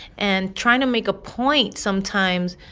and trying to make a point, sometimes,